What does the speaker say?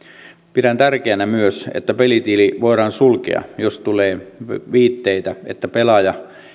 pidän tärkeänä myös että pelitili voidaan sulkea jos tulee viitteitä siitä että pelaaja